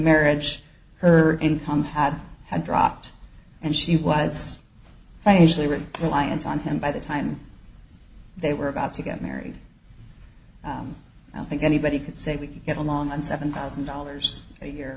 marriage her income had dropped and she was financially ready reliant on him by the time they were about to get married i don't think anybody could say we could get along on seven thousand dollars a year